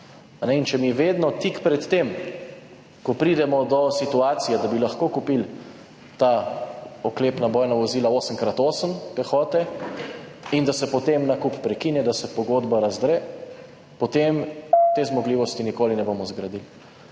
In če se vedno tik pred tem, ko pridemo do situacije, da bi lahko kupili ta oklepna bojna vozila 8x8 pehote, nakup prekine, da se pogodba razdre, potem te zmogljivosti nikoli ne bomo zgradili.